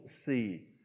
see